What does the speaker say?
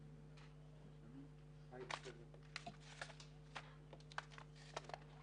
אני חוזר על אותה